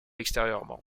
extérieurement